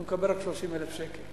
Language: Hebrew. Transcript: הוא מקבל רק 30,000 שקל.